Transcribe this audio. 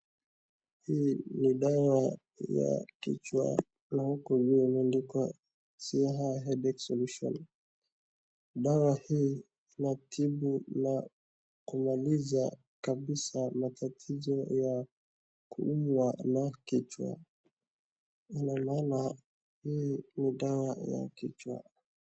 Hii ni, ni dawa ya kichwa, na huku juu imeandikwa '' Siha headache solution ''. Dawa hii inatibu na kumaliza kabisa matatizo ya kuumwa na kichwa. Ninaona hii ni dawa ya kichwa.